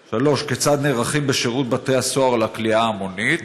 3. כיצד נערכים בשירות בתי הסוהר לכליאה ההמונית?